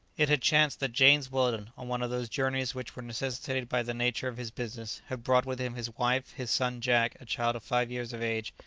it had chanced that james weldon, on one of those journeys which were necessitated by the nature of his business, had brought with him his wife, his son jack, a child of five years of age,